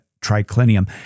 triclinium